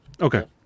Okay